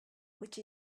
which